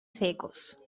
secos